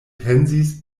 pensis